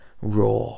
raw